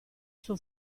suo